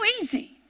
easy